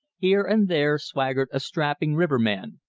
here and there swaggered a strapping riverman,